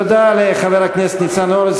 תודה לחבר הכנסת ניצן הורוביץ.